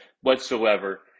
whatsoever